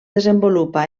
desenvolupa